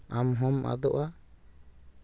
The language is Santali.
ᱟᱢᱦᱚᱢ ᱟᱫᱚᱜᱼᱟ